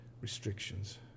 restrictions